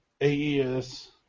AES